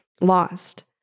lost